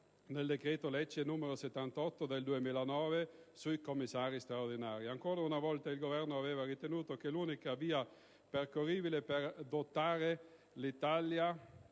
nel decreto-legge n. 78 del 2009 sui commissari straordinari. Ancora una volta il Governo aveva ritenuto che l'unica via percorribile per dotare l'Italia